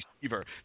receiver